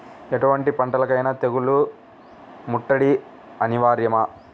ఎటువంటి పంటలకైన తెగులు ముట్టడి అనివార్యమా?